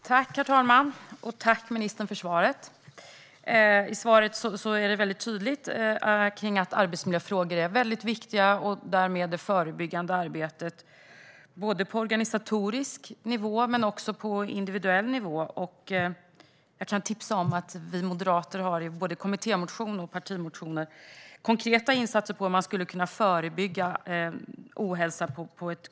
Herr talman! Tack, ministern, för svaret! Svaret gör det tydligt att arbetsmiljöfrågor är väldigt viktiga och därmed även det förebyggande arbetet, både på organisatorisk och på individuell nivå. Jag kan tipsa om att vi moderater i både kommittémotion och partimotioner har konkreta förslag på insatser för att förebygga ohälsa.